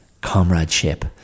comradeship